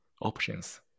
options